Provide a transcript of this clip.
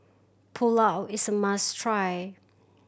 pulao is a must try